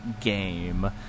game